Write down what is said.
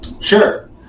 Sure